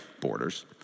borders